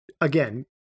again